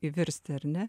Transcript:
įvirsti ar ne